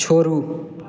छोड़ू